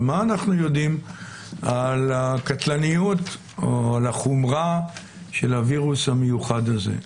אבל מה אנחנו יודעים על הקטלניות או על החומרה של הווירוס המיוחד הזה?